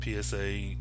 PSA